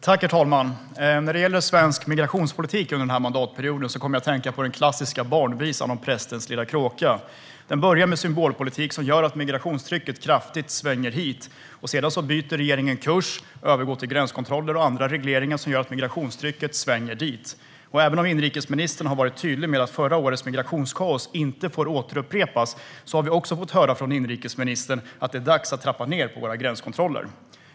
Herr talman! När det gäller svensk migrationspolitik under den här mandatperioden har jag kommit att tänka på den klassiska barnvisan Prästens lilla kråka . Det börjar med symbolpolitik som gör att migrationstrycket kraftigt svänger hit. Sedan byter regeringen kurs och övergår till gränskontroller och andra regleringar som gör att migrationstrycket svänger dit. Även om inrikesministern har varit tydlig med att förra årets migrationskaos inte får återupprepas har vi också fått höra från inrikesministern att det är dags att trappa ned på våra gränskontroller.